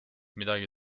midagi